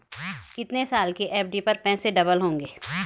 कितने साल की एफ.डी पर पैसे डबल होंगे?